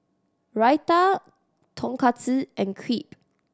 Raita Tonkatsu and Crepe